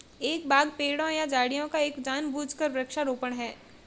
एक बाग पेड़ों या झाड़ियों का एक जानबूझकर वृक्षारोपण है